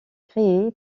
créée